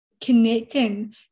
connecting